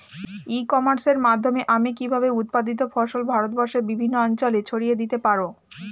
ই কমার্সের মাধ্যমে আমি কিভাবে উৎপাদিত ফসল ভারতবর্ষে বিভিন্ন অঞ্চলে ছড়িয়ে দিতে পারো?